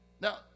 Now